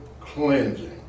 cleansing